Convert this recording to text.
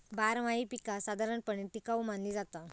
बारमाही पीका साधारणपणे टिकाऊ मानली जाता